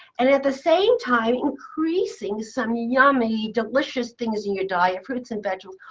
and at the same time, increasing some yummy delicious things in your diet, fruits and vegetables,